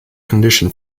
condition